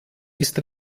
ist